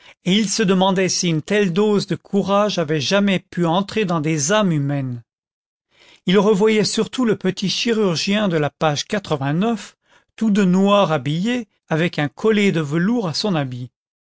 il se demandait si une telle dose de courage avait jamais pu entrer dans des âmes humaines il revoyait surtout le petit chirurgien de la page tout de noir habillé avec un collet de velours à son habit